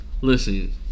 listen